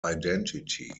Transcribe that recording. identity